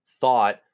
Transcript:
thought